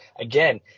again